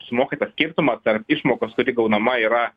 sumoka tą skirtumą tarp išmokos kuri gaunama yra